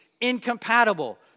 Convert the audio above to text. incompatible